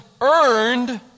earned